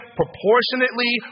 proportionately